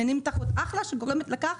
שגורמת לכך,